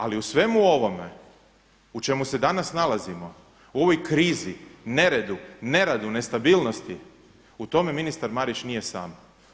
Ali u svemu ovome u čemu se danas nalazimo u ovoj krizi, neredu, neradu, nestabilnosti u tome ministar Marić nije sam.